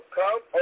come